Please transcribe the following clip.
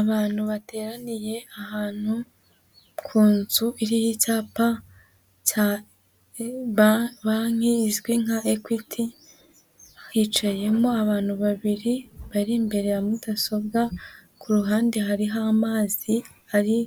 Abantu bateraniye ahantu ku nzu iriho icyapa cya banki izwi nka Ekwiti hicayemo abantu babiri bari imbere ya mudasobwa, ku ruhande hariho amazi ari